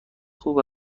خوب